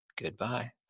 Goodbye